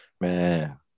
Man